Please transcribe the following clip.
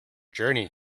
journey